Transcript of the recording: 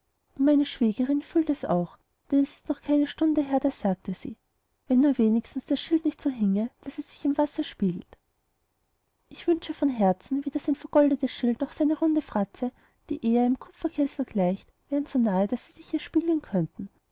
meine schwägerin fühlt es auch denn es ist noch keine stunde her da sagte sie wenn nur wenigstens das schild nicht so hinge daß es sich im wasser spiegelt ich wünsche von herzen weder sein vergoldetes schild noch seine runde fratze die eher einem kupferkessel gleicht wären so nahe daß sie sich hier spiegeln könnten